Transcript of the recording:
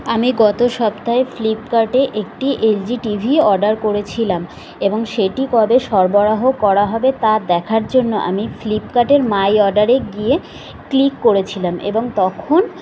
আমি গত সপ্তাহে ফ্লিপকার্টে একটি এলজি টিভি অর্ডার করেছিলাম এবং সেটি কবে সরবরাহ করা হবে তা দেখার জন্য আমি ফ্লিপকার্টের মাই অর্ডারে গিয়ে ক্লিক করেছিলাম এবং তখন